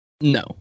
No